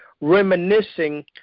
reminiscing